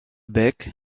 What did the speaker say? bec